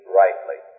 rightly